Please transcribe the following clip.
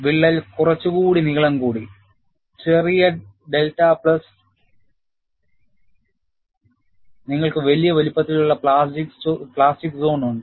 വിള്ളൽ കുറച്ചു കൂടി നീളം കൂടി ചെറിയ ഡെൽറ്റ പ്ലസ് നിങ്ങൾക്ക് വലിയ വലിപ്പത്തിലുള്ള പ്ലാസ്റ്റിക് സോൺ ഉണ്ട്